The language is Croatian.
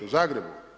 U Zagrebu?